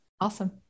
Awesome